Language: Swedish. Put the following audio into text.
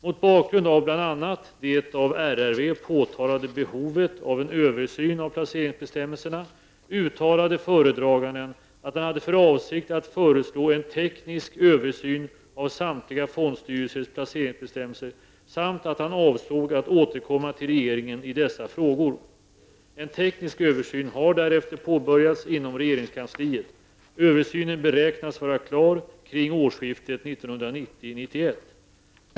Mot bakgrund av bl.a. det av RRV påpekade behovet av en översyn av placeringsbestämmelserna uttalade föredraganden att han hade för avsikt att föreslå en teknisk översyn av samtliga fondstyrelsers placeringsbestämmelser samt att han avsåg att återkomma till regeringen i dessa frågor. En teknisk översyn har därefter påbörjats inom regeringskansliet. Översynen beräknas vara klar kring årsskiftet 1990--1991.